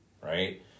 Right